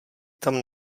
tam